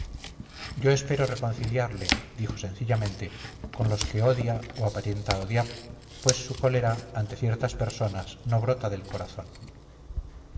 yo espero reconciliarle dijo sencillamente con los que odia o aparenta odiar pues su cólera ante ciertas personas no brota del corazón